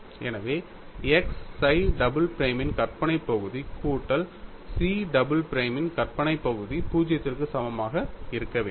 எனவே x psi double பிரைமின் கற்பனை பகுதி கூட்டல் chi டபுள் பிரைமின் கற்பனையான பகுதி 0 க்கு சமமாக இருக்க வேண்டும்